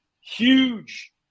huge